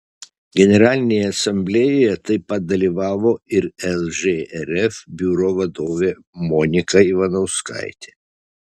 generalinėje asamblėjoje taip pat dalyvavo ir lžrf biuro vadovė monika ivanauskaitė